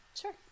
Sure